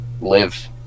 live